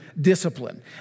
discipline